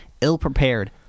ill-prepared